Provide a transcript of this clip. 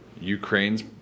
Ukraine's